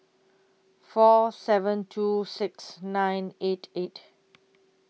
four seven two six nine eight eight